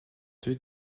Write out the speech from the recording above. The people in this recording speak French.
deux